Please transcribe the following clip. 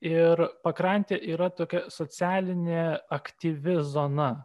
ir pakrantė yra tokia socialinė aktyvi zona